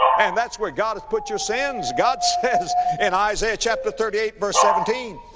and that's where god has put your sins. god says in isaiah chapter thirty eight verse seventeen,